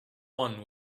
one